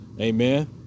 Amen